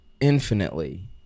infinitely